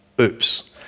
Oops